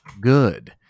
good